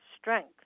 strength